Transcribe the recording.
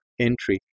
entry